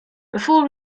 before